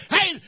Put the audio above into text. Hey